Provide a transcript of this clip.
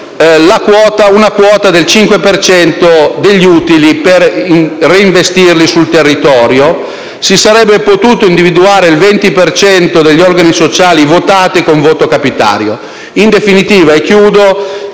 cinque per cento degli utili per reinvestirli sul territorio; si sarebbe potuto individuare il 20 per cento degli organi sociali votati con voto capitario. In definitiva, l'invito